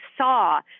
saw